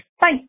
Bye